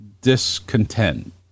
discontent